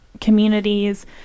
communities